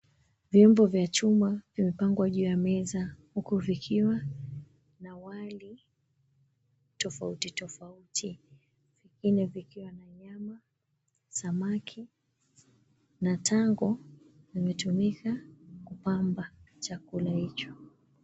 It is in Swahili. Vyombo vya chuma vimepangwa juu ya meza huku vikiwa na wali tofauti tofauti. Vingine vikiwa na nyama, samaki na tango vimetumika kupamba chakula hicho.